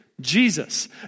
Jesus